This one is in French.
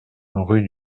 rue